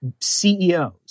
CEOs